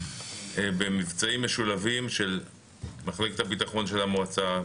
במבצעים משולבים של מחלקת הביטחון של המועצה,